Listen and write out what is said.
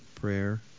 prayer